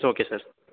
okay sir